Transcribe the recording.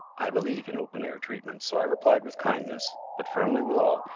i believe in open-air treatment, so i replied with kindness, but firmly withal,